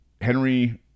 Henry